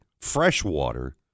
freshwater